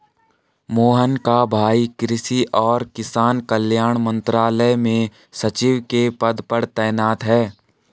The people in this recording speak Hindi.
मोहन का भाई कृषि और किसान कल्याण मंत्रालय में सचिव के पद पर तैनात है